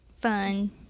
fun